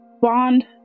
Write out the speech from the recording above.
bond